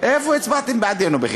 איפה הצבעתם בעדנו,